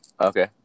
Okay